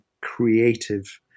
creative